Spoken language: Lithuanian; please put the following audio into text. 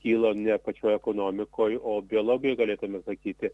kilo ne pačioj ekonomikoj o biologijoj galėtume sakyti